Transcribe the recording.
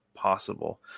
possible